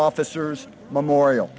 officers memorial